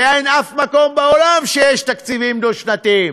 ואין אף מקום בעולם שיש בו תקציבים דו-שנתיים,